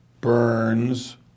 Burns